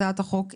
הצבעה